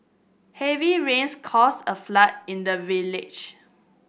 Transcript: heavy rains caused a flood in the village